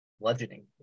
bludgeoning